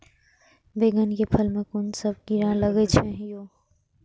बैंगन के फल में कुन सब कीरा लगै छै यो?